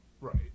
Right